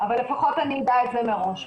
אבל לפחות אני אדע את זה מראש.